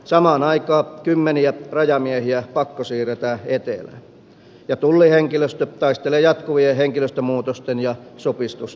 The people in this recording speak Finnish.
samaan aikaan kymmeniä rajamiehiä pakkosiirretään etelään ja tullihenkilöstö taistelee jatkuvien henkilöstömuutosten ja supistusten kanssa